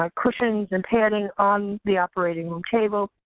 ah cushions and padding on the operating room table,